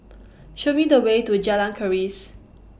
Show Me The Way to Jalan Keris